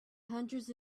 hundreds